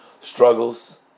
struggles